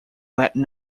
latin